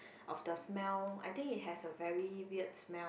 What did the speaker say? of the smell I think it has a very weird smell